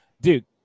Dude